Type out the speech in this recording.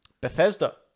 Bethesda